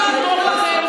המשפט,